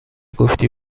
گفتی